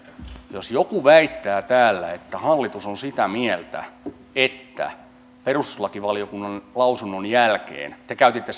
jos joku väittää täällä että hallitus on sitä mieltä että perustuslakivaliokunnan lausunnon jälkeen te käytitte